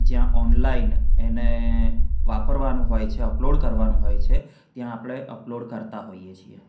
જ્યાં ઓનલાઈન એને વાપરવાનું હોય છે અપલોડ કરવાનું હોય છે ત્યાં આપણે અપલોડ કરતાં હોઈએ છીએ